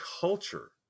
culture